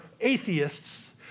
atheists